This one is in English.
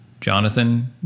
Jonathan